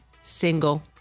single